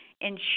Ensure